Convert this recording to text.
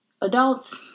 Adults